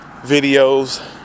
videos